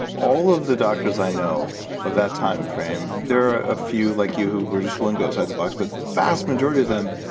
all of the doctors i know of that time frame, there are a few like you who were just willing to go outside the box, but the vast majority of them,